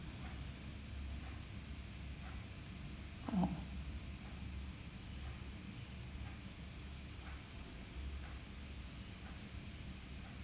oh